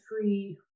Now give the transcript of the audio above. free